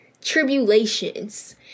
tribulations